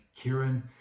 Kieran